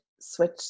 switch